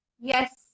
Yes